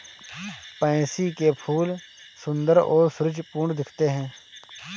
pansy के फूल सुंदर और सुरुचिपूर्ण दिखते हैं